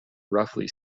roughly